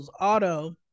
auto